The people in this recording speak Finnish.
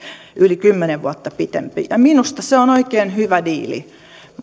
yli kymmenen vuotta pitempi ja minusta se on oikein hyvä diili